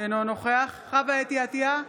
אינו נוכח חוה אתי עטייה,